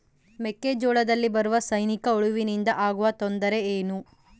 ಮೆಕ್ಕೆಜೋಳದಲ್ಲಿ ಬರುವ ಸೈನಿಕಹುಳುವಿನಿಂದ ಆಗುವ ತೊಂದರೆ ಏನು?